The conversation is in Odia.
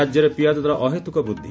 ରାଜ୍ୟରେ ପିଆଜ ଦର ଅହେତୁକ ବୃଦ୍ଧି